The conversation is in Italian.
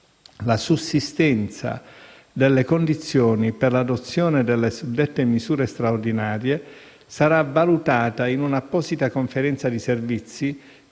La sussistenza delle condizioni per l'adozione delle suddette misure straordinarie sarà valutata in un'apposita conferenza di servizi,